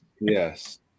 yes